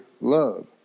love